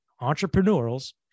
entrepreneurs